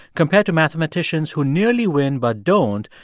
compared to mathematicians who nearly win but don't,